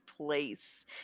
place